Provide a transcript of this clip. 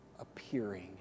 appearing